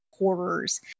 Horrors